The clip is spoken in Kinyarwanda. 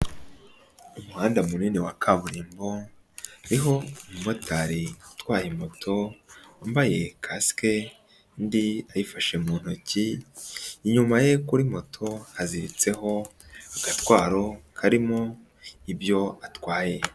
Umuhanda munini wa kaburimbo uriho umumotari utwaye moto wambaye casike indi ayifashe mu ntoki, inyuma ye kuri moto haziritseho agatwaro karimo ibyo atwaye.